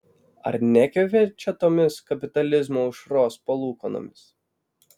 ar nekvepia čia tomis kapitalizmo aušros palūkanomis